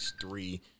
three